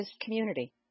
community